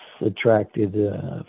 attracted